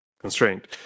constraint